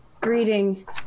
greeting